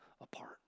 apart